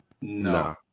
No